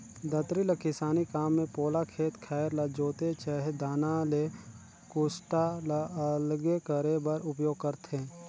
दँतरी ल किसानी काम मे पोला खेत खाएर ल जोते चहे दाना ले कुसटा ल अलगे करे बर उपियोग करथे